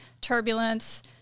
turbulence